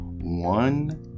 one